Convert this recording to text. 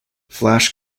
flash